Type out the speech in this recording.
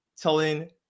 telling